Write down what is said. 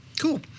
Cool